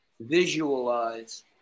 visualize